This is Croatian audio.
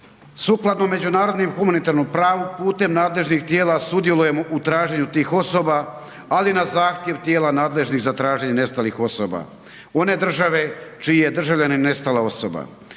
sukladno međunarodnom humanitarnom pravu putem nadležnih tijela sudjelujemo u traženju tih osoba ali na zahtjev tijela nadležnih za traženje nestalih osoba one države čiji je državljanin nestala osoba.